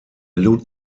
lud